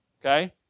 okay